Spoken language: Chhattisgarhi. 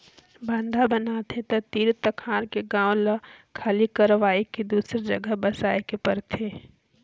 बांधा बनाथे त तीर तखार के गांव ल खाली करवाये के दूसर जघा बसाए के परथे